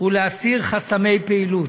ולהסיר חסמי פעילות.